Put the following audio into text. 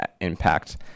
impact